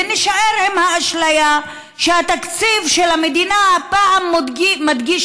ונישאר עם האשליה שהתקציב של המדינה הפעם מדגיש